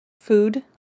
food